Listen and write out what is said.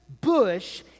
bush